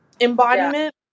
embodiment